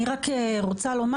אני רק רוצה לומר